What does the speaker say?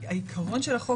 העיקרון של החוק,